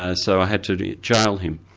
ah so i had to jail him.